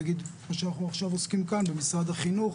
נגיד כמו שאנחנו עכשיו עוסקים כאן במשרד החינוך,